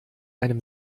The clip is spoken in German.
einem